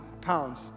pounds